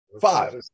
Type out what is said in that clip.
Five